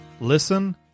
Listen